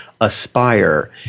Aspire